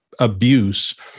abuse